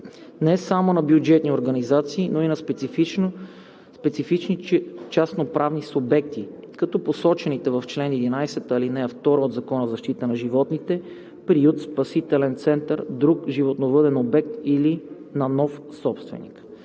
не само на бюджетни организации, но и на специфични частноправни субекти като посочените в чл. 11, ал. 2 от Закона за защита на животните – „приют, спасителен център, друг животновъден обект или на нов собственик“.